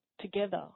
together